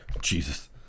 Jesus